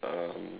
um